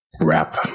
wrap